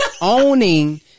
owning